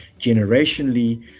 generationally